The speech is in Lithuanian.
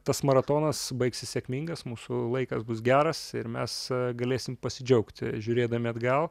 tas maratonas baigsis sėkmingas mūsų laikas bus geras ir mes galėsim pasidžiaugti žiūrėdami atgal